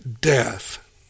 death